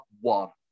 one